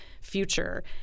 future